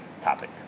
topic